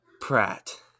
Pratt